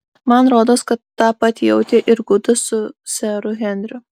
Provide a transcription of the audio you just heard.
man rodos kad tą pat jautė ir gudas su seru henriu